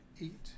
Eight